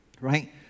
right